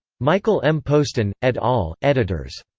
michael m. postan, et al, editors.